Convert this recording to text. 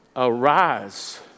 Arise